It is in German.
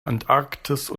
antarktis